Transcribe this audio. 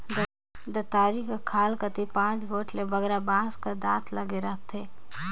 दँतारी कर खाल कती पाँच गोट ले बगरा बाँस कर दाँत लगे रहथे